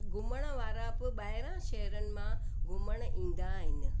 घुमण वारा बि ॿाहिरां शहरनि मां घुमण ईंदा आहिनि